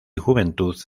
juventud